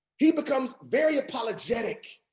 he becomes very apologetic,